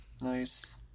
Nice